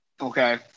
okay